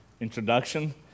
introduction